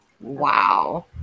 Wow